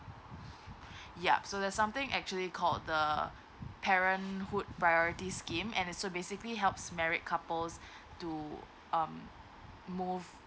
yup so that's something actually called the parenthood priority scheme and so basically helps married couples to um move